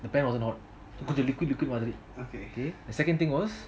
the pan was not hot cause the liquid liquid the second thing was